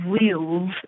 wheels